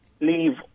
leave